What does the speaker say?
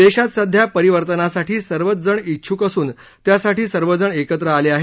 देशात सध्या परिवर्तनासाठी सर्वजण इच्छ्क असून त्यासाठी सर्वजण एकत्र आले आहेत